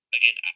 again